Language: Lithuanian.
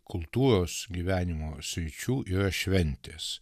kultūros gyvenimo sričių yra šventės